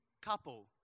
couple